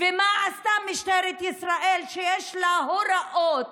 ומה עשתה משטרת ישראל, שיש לה הוראות,